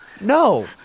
no